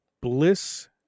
Bliss